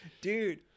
dude